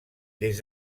des